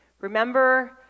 Remember